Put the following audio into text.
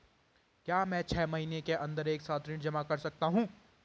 क्या मैं छः महीने के अन्दर एक साथ ऋण जमा कर सकता हूँ?